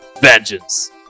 Vengeance